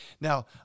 now